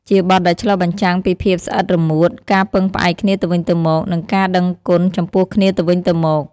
ជាបទដែលឆ្លុះបញ្ចាំងពីភាពស្អិតរមួត ការពឹងផ្អែកគ្នាទៅវិញទៅមក និងការដឹងគុណចំពោះគ្នាទៅវិញទៅមក។